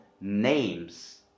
names